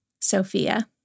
Sophia